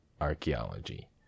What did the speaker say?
archaeology